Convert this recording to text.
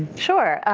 sure.